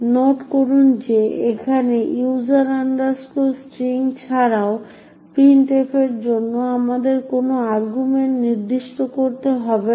note করুন যে এখানে user string ছাড়াও printf এর জন্য আমাদের কোনো আর্গুমেন্ট নির্দিষ্ট করতে হবে না